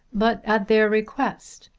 but at their request,